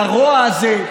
לרוע הזה,